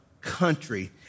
country